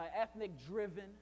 ethnic-driven